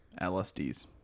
LSDs